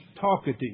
Talkative